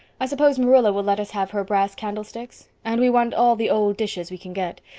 i suppose marilla will let us have her brass candlesticks? and we want all the old dishes we can get.